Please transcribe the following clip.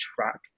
track